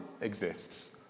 exists